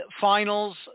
finals